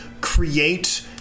Create